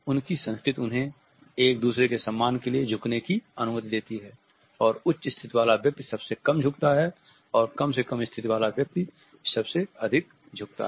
उनकी संस्कृति उन्हें एक दूसरे के सम्मान के लिए झुकाने की अनुमति देती है और उच्च स्थिति वाला व्यक्ति सबसे कम झुकता है और कम से कम स्थिति वाला व्यक्ति सबसे अधिक झुकता है